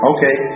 Okay